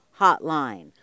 hotline